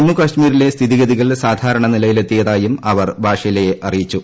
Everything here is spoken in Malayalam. ജമ്മുകാശ്മീരിലെ സ്ഥിതിഗതികൾ സാധാരണ് നിലയിലെത്തിയതായും അവർ ബാഷെലെയെ അറിയിച്ചു